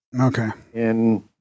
Okay